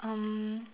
um